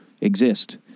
exist